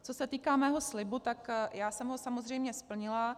Co se týká mého slibu, já jsem ho samozřejmě splnila.